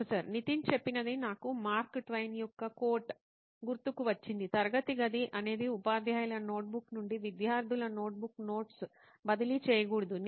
professor Nitin చెప్పినది నాకు Mark Twain యొక్క కోట్Mark Twain's quote గుర్తుకు వచ్చింది తరగతి గది అనేది ఉపాధ్యాయుల నోట్బుక్ నుండి విద్యార్థుల నోట్ బుక్ నోట్స్ బదిలీ చేయకూడదు